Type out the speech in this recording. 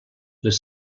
les